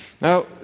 Now